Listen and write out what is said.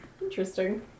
interesting